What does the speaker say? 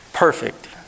perfect